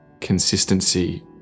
consistency